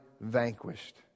vanquished